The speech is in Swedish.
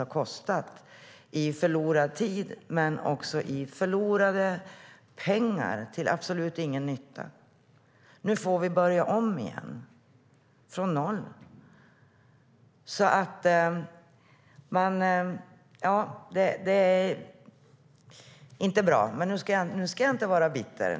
Det handlar om förlorad tid, men också om förlorade pengar till absolut ingen nytta. Nu får vi börja om igen från noll. Det är inte bra, men nu ska jag inte vara bitter.